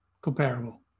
comparable